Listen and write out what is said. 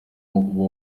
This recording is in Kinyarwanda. kuba